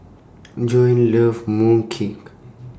Joan loves Mooncake